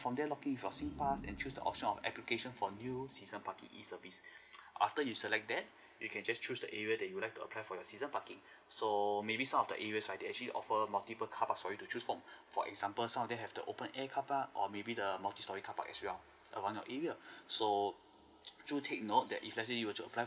from there login with your singpass and choose the option of application for new season parking E service after you select that you can just choose the area that you would like to apply for your season parking so maybe some of the area are they actually offer multiple car park storey to choose from for example some of them have the open air carpark or maybe the multi storey carpark as well around your area so do take note that if let's say you were to apply